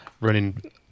running